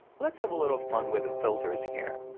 let's have a little fun with the filters here.